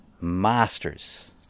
masters